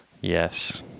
Yes